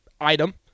item